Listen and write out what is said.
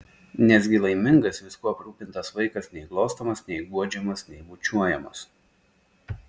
nesgi laimingas viskuo aprūpintas vaikas nei glostomas nei guodžiamas nei bučiuojamas